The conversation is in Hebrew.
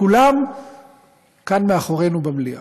כולם כאן מאחורינו במליאה.